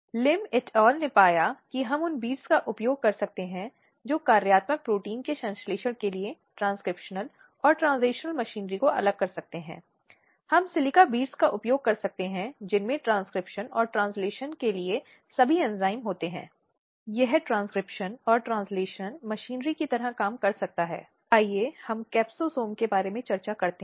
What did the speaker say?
संदर्भसमय को देखें 0955 इसलिए आमतौर पर साहित्य लिंग हिंसा के प्रकारों को पाँच श्रेणियों में विभाजित करता है जहाँ यह भौतिक प्रकार शारीरिक हिंसा का रूप लेता है कुछ उदाहरण हैं जो आपके सामने दिए गए हैं इसमें पिटाई शामिल हो सकता है इसमें आक्रामक देखभाल देना शामिल हो सकता है इसमें असभ्यता से संभालना शामिल हो सकता है इसलिए ये प्रकृति में भौतिक हैं